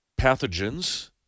pathogens